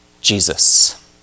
Jesus